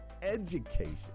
education